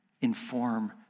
inform